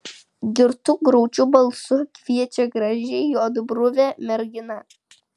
girtu graudžiu balsu kviečia graži juodbruvė mergina